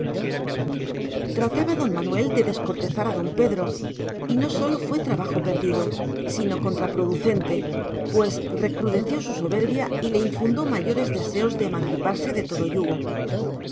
trataba don manuel de descortezar a don pedro y no sólo fue trabajo perdido sino contraproducente pues recrudeció su soberbia y le infundió mayores deseos de emanciparse de todo yugo